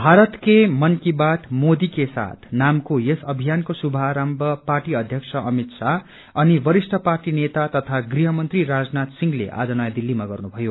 भारतके मनकी बात मोदीकेसाथ नामको यस अभियानको शुभारम्भ पार्टी अध्यक्ष अमित शाह अनि वरिष्ठ पार्टी नेता तथा गृह मंत्री राजनाथ सिंहले आज नयाँ दिल्लीमा गर्नु भयो